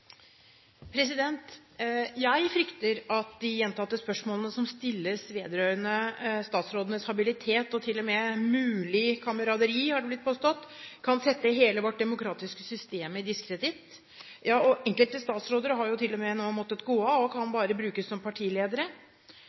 Jeg frykter at de gjentatte spørsmålene som stilles vedrørende statsrådenes habilitet og til og med mulig kameraderi, har det blitt påstått, kan sette hele vårt demokratiske system i diskreditt. Enkelte statsråder har nå til og med måttet gå av og kan bare brukes som partiledere.